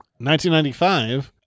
1995